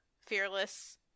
Fearless